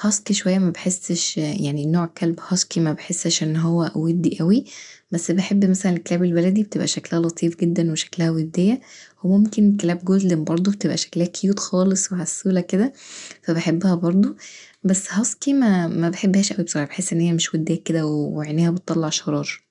هاسكي شويه مبحسش نوع كلب هاسكي ان هو ودي اوي بس بحب الكلاب البلدي بتبقي شكلها لطيف جدا وشكلها وديه وممكن كلاب جولدن برضو بتبقي شكلها كيوت خالص وعسوله كدا فبحبها برضو، بس هاسكي مبحبهاش اوي بصراحه بحس ان هي مش وديه كدا وعينيها بتطلع شرار.